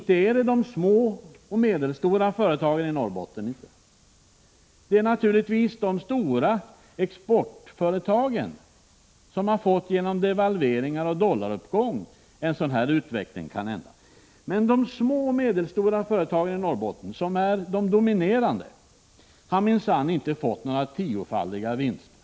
Det är inte de små och medelstora företagen i Norrbotten. Det är naturligtvis de stora exportföretagen som genom devalveringarna och dollaruppgången kanhända fått en sådan utveckling. Men de mindre och medelstora företagen i Norrbotten, som är de dominerande, har minsann inte fått några tiofaldiga vinster.